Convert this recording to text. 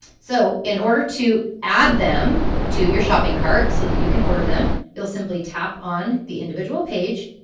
so, in order to add them to your shopping cart so that you can order them, you'll simply tap on the individual page.